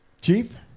Chief